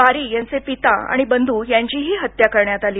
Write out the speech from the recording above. बारी यांचे पिता आणि बंधू यांचीही हत्या करण्यात आली